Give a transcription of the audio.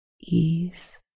ease